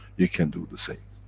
you can do the same.